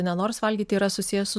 nenoras valgyti yra susijęs su